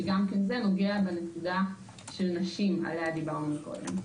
שזה נוגע בנקודה של נשים עליה דיברנו קודם.